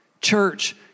Church